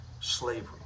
slavery